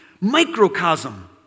microcosm